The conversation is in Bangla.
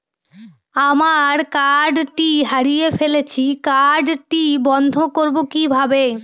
আমার কার্ডটি হারিয়ে ফেলেছি কার্ডটি বন্ধ করব কিভাবে?